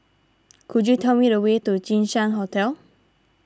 could you tell me the way to Jinshan Hotel